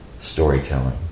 storytelling